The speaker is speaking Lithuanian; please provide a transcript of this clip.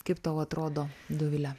kaip tau atrodo dovile